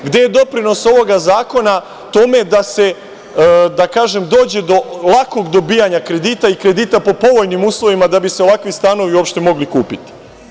Gde je doprinos ovoga zakona tome da se, da kažem, dođe do lakog dobijanja kredita i kredita po povoljnim uslovima, da bi se ovakvi stanovi uopšte mogli kupiti?